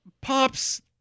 pops